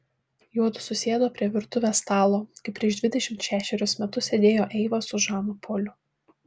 juodu susėdo prie virtuvės stalo kaip prieš dvidešimt šešerius metus sėdėjo eiva su žanu poliu